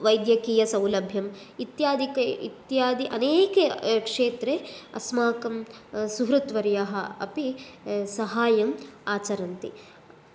वैद्यकीयसौलभ्यम् इत्यादिकं इत्यादि अनेके क्षेत्रे अस्माकं सुहृत्वर्याः अपि सहायं आचरन्ति